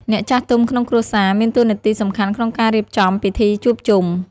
អ្នកចាស់ទុំំក្នុងគ្រួសារ មានតួនាទីសំខាន់ក្នុងការរៀបចំពិធីជួបជុំ។